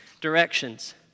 directions